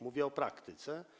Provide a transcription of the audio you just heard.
Mówię o praktyce.